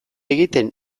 egiten